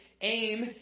aim